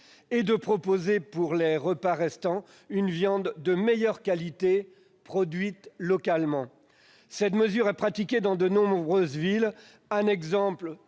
et de proposer pour les repas restants une viande de meilleure qualité, produite localement. Cette mesure est pratiquée dans de nombreuses villes. Ainsi,